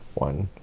one